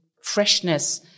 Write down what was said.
freshness